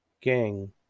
gang